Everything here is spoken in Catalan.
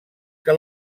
que